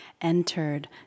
entered